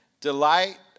Delight